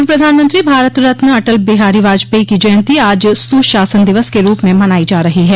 पूर्व प्रधानमंत्री भारत रत्न अटल बिहारी वाजपेयी की जयंती आज सुशासन दिवस के रूप में मनाई जा रही है